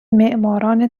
معماران